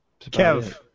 Kev